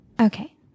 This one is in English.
Okay